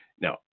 Now